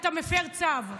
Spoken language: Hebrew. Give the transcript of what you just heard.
אתה מפר צו.